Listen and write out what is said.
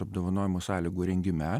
apdovanojimo sąlygų rengime